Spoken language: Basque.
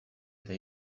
eta